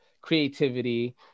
Creativity